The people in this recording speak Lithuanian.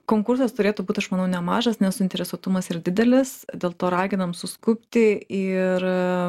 konkursas turėtų būt aš manau nemažas nes suinteresuotumas yra didelis dėl to raginam suskubti ir